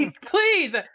please